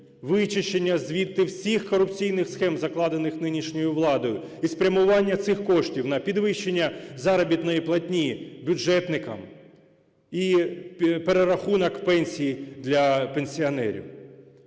вичищення звідти всіх корупційних схем, закладених нинішньою владою, і спрямування цих коштів на підвищення заробітної платні бюджетникам і перерахунок пенсій для пенсіонерів.